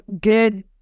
good